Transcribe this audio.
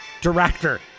director